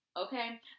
Okay